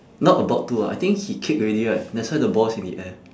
not about to ah I think he kick already right that's why the ball's in the air